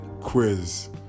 quiz